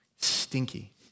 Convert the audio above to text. stinky